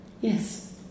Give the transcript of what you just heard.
Yes